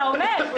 אתה אומר.